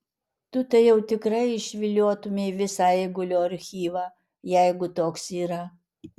tu tai jau tikrai išviliotumei visą eigulio archyvą jeigu toks yra